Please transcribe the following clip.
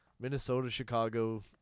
Minnesota-Chicago